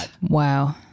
Wow